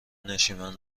نشیمن